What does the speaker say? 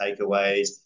takeaways